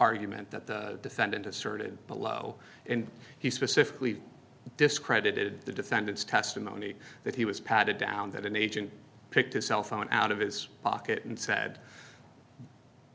argument that the defendant asserted below and he specifically discredited the defendant's testimony that he was patted down that an agent picked a cell phone out of his pocket and said